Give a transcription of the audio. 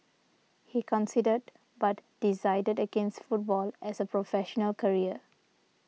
he considered but decided against football as a professional career